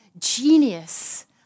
genius